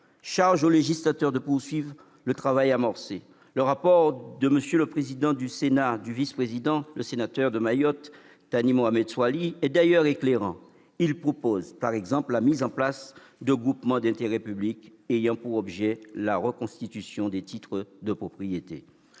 Charge au législateur de poursuivre le travail amorcé : le rapport de M. le vice-président du Sénat et sénateur de Mayotte, Thani Mohamed Soilihi, est d'ailleurs éclairant. Il propose, par exemple, la mise en place de groupements d'intérêt public ayant pour objet la reconstitution des titres de propriété.